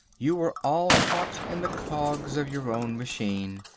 you were all caught in the cogs of your own machine.